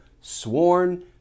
sworn